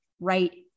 right